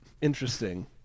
Interesting